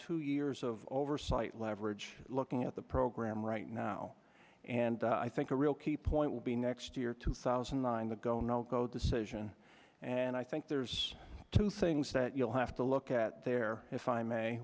two years of oversight leverage looking at the program right now and i think a real key point will be next year two thousand and nine the go no go decision and i think there's two things that you'll have to look at there if i may